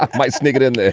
ah my sniggered. and